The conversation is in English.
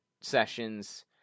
sessions